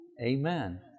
Amen